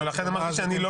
אבל לכן אמרתי שלא